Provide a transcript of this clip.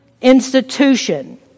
institution